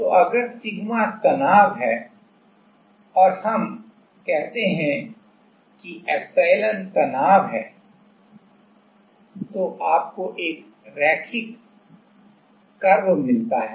तो अगर sigma stress है और हम कहते हैं कि एप्सिलॉन स्ट्रेन है तो आपको एक रैखिक वक्र मिलता है